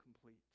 complete